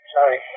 Sorry